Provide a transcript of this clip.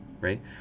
Right